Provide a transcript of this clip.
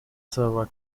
server